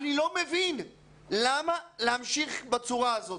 אני לא מבין למה להמשיך בצורה הזאת.